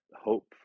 hope